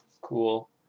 cool